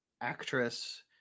actress